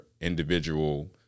individual